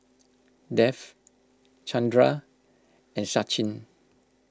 Dev Chandra and Sachin